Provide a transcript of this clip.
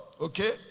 okay